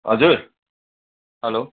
हजुर हेलो